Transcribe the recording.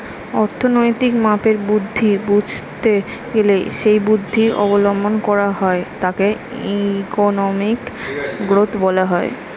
অর্থনৈতিক মাপের বৃদ্ধি বুঝতে গেলে যেই পদ্ধতি অবলম্বন করা হয় তাকে ইকোনমিক গ্রোথ বলা হয়